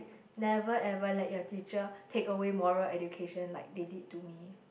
never ever let your teacher take away moral education like they did to me